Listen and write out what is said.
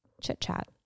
chit-chat